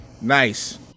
Nice